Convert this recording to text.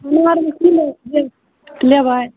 लेबै